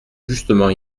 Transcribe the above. justement